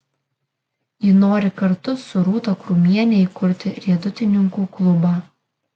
ji nori kartu su rūta krūmiene įkurti riedutininkų klubą